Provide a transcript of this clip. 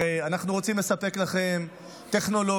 הרי אנחנו רוצים לספק לכם טכנולוגיה,